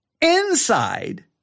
inside